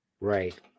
Right